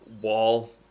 wall